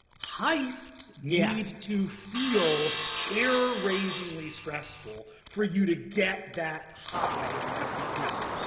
heists yeah need to feel hair-raisingly stressful for you to get that high at the end.